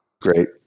great